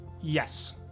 Yes